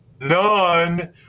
None